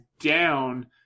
down